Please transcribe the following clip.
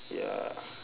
ya